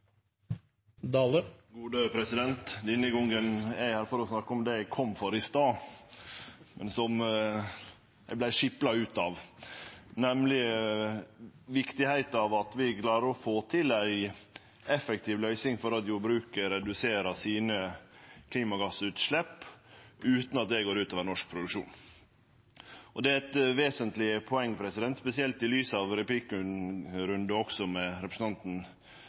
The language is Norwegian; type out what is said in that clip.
nr. 6. Denne gongen er eg her for å snakke om det eg kom for i stad, men som eg vart skipla ut av, nemleg viktigheita av at vi klarer å få til ei effektiv løysing for at jordbruket reduserer sine klimagassutslepp utan at det går utover norsk produksjon. Det er eit vesentleg poeng, spesielt i lys av replikkrunden med representanten